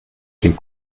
den